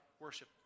worship